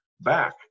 back